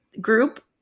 group